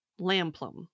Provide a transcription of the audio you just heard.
Lamplum